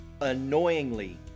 annoyingly